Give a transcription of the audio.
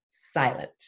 silent